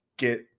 get